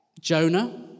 Jonah